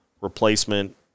replacement